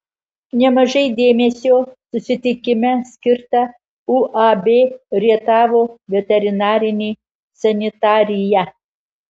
nemažai dėmesio susitikime skirta uab rietavo veterinarinė sanitarija